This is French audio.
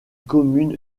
commune